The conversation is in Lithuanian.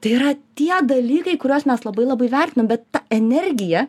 tai yra tie dalykai kuriuos mes labai labai vertinam bet ta energija